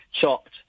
chopped